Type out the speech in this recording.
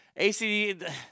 ACD